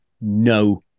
no